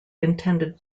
intended